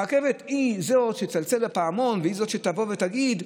הרכבת היא זאת שתצלצל בפעמון והיא זאת שתבוא ותגיד: